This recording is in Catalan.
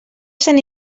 sant